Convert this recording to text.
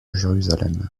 jérusalem